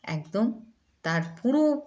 একদম তার পুরো